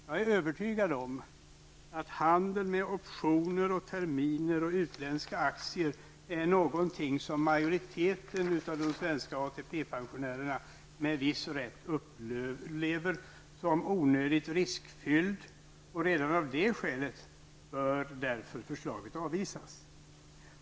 Jag är övertygad om att handeln med optioner, terminer och utländska aktier är någonting som majoriteten av de svenska ATP pensionärerna med viss rätt upplever som onödigt riskfylld. Redan av det skälet bör därför förslaget avvisas.